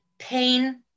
pain